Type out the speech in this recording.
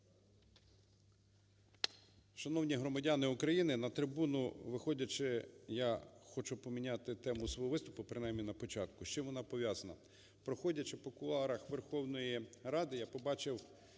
Шановні громадяни України, на трибуну виходячи, я хочу поміняти тему свого виступу, принаймні на початку. З чим вона пов'язана? Проходячи по кулуарах Верховної Ради, я побачив